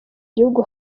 gihugu